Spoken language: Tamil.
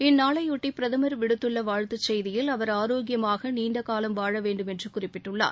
இந்நாளைபொட்டி பிரதமர் விடுத்துள்ள வாழ்த்துச் செய்தியில் அவர் ஆரோக்கியமாக நீண்ட காலம் வாழ வேண்டுமென்று குறிப்பிட்டுள்ளார்